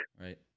right